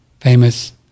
famous